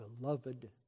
beloved